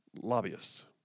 lobbyists